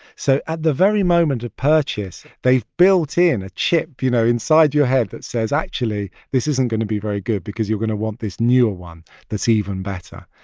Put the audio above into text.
so at the very moment of purchase, they've built in a chip, you know, inside your head that says, actually, this isn't going to be very good because you're going to want this newer one that's even better.